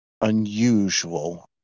unusual